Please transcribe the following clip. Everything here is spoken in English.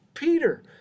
Peter